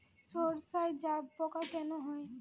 সর্ষায় জাবপোকা কেন হয়?